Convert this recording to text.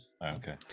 Okay